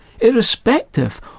irrespective